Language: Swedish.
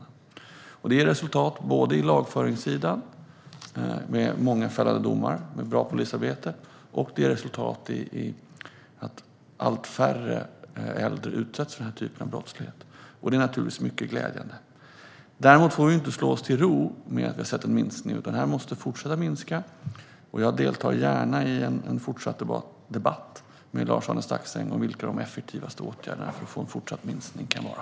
Detta ger resultat både på lagföringssidan med många fällande domar genom bra polisarbete och i att allt färre äldre utsätts för denna typ av brottslighet. Det är naturligtvis mycket glädjande. Däremot får vi inte slå oss till ro med att vi har sett en minskning, utan denna brottslighet måste fortsätta minska. Och jag deltar gärna i en fortsatt debatt med Lars-Arne Staxäng om vilka de effektivaste åtgärderna för att få en fortsatt minskning kan vara.